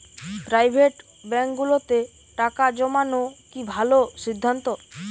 Private ব্যাংকগুলোতে টাকা জমানো কি ভালো সিদ্ধান্ত?